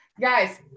guys